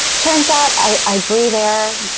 turns out i breathe air.